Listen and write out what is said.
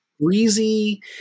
breezy